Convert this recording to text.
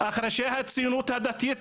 אך ראשי הציונות הדתית,